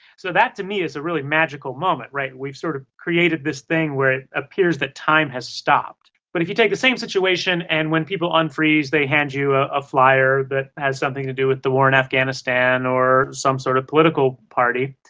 so that, to me, is a really magical moment, right? we've, sort of, created this thing where it appears that time has stopped. but if you take the same situation and when people unfreeze they hand you ah a flyer that has something to do with the war in afghanistan or some sort of political party,